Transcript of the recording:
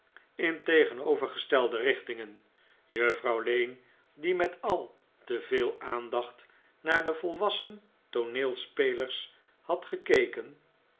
in tegenovergestelde richtingen juffrouw lane die met al te veel aandacht naar de volwassen tooneelspelers had gekeken